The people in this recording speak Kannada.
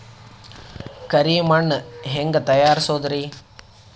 ಕರಿ ಮಣ್ ಹೆಂಗ್ ತಯಾರಸೋದರಿ?